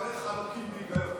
דבריך לוקים בהיגיון.